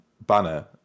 banner